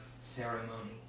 Ceremony